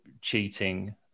cheating